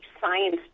science